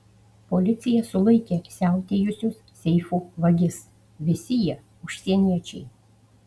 policija sulaikė siautėjusius seifų vagis visi jie užsieniečiai